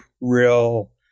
real